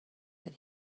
that